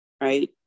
Right